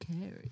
carry